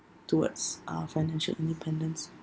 towards our financial independence